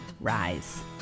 Rise